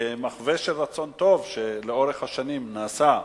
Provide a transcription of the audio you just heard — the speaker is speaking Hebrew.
כמחווה של רצון טוב, שלאורך השנים נעשה,